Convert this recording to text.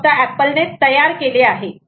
हे फक्त एपल ने तयार केले आहे